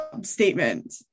statement